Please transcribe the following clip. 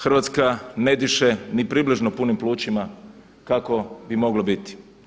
Hrvatska ne diše ni približno punim plućima kako bi moglo biti.